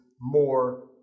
more